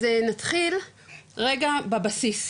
אז נתחיל רגע בבסיס,